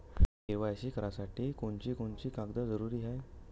KYC करासाठी कोनची कोनची कागद जरुरी हाय?